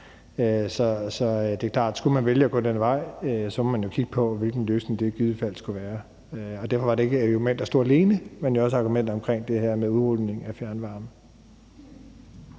Så det er klart, at hvis man skulle vælge at gå den vej, må man jo kigge på, hvilken løsning det i givet fald skulle være. Derfor var det ikke et argument, der stod alene; der var også et argument om det her med udrulningen af fjernvarme.